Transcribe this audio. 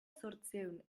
zortziehun